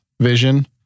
Vision